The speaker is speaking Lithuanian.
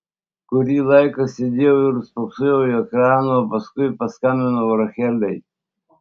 kurį laiką sėdėjau ir spoksojau į ekraną o paskui paskambinau rachelei